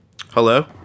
Hello